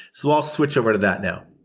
so i'll switch over to that now.